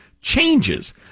changes